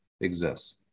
exists